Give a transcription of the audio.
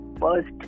first